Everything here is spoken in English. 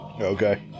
Okay